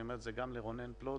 אני אומר את זה גם לרונן פלוט